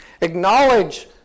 Acknowledge